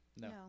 No